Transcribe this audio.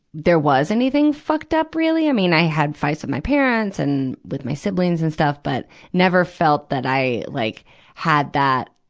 there was anything fucked up really. i mean, i had fights with my parents and with my siblings and stuff, but never felt that i like had that,